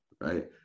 right